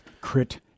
Crit